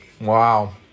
Wow